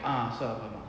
ah sort of you know